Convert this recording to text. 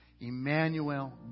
Emmanuel